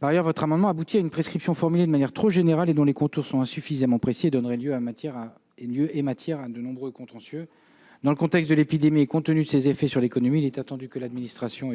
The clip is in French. Par ailleurs, cet amendement aboutit à une prescription formulée de manière trop générale et dont les contours sont insuffisamment précis, ce qui donnerait lieu et matière à de nombreux contentieux. Dans le contexte de l'épidémie, et compte tenu de ses effets sur l'économie, il est évidemment attendu de l'administration,